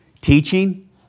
teaching